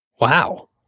Wow